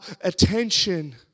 attention